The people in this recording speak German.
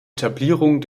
etablierung